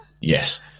Yes